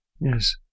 yes